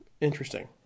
Interesting